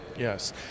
Yes